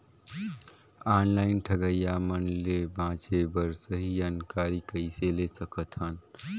Online ठगईया मन ले बांचें बर सही जानकारी कइसे ले सकत हन?